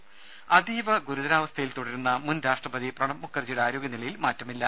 രുമ അതീവ ഗുരുതരാവസ്ഥയിൽ തുടരുന്ന മുൻ രാഷ്ട്രപതി പ്രണബ് മുഖർജിയുടെ ആരോഗ്യ നിലയിൽ മാറ്റമില്ല